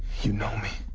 you know me.